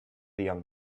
young